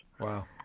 Wow